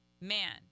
Man